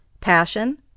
passion